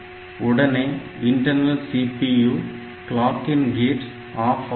உடனே internal CPU கிளாக்கின் cut off ஆகி விடும்